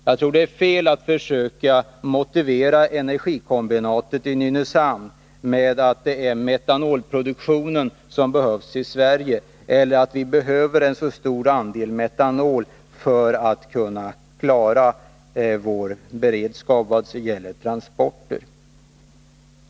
Jag tror att det är fel att försöka motivera energikombinatet i Nynäshamn med att det är metanolproduktionen som behövs i Sverige eller med att vi behöver en så stor andel metanol för att kunna klara vår beredskap i fråga om transporter.